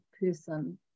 person